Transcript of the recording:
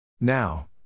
Now